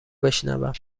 بشنوم